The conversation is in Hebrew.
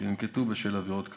שננקטו בשל עבירות כאמור.